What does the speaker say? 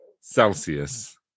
Celsius